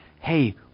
hey